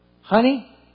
Honey